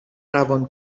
روان